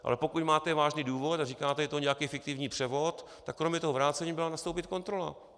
Ale pokud máte vážný důvod a říkáte je to nějaký fiktivní převod, tak kromě toho vrácení by měla nastoupit kontrola.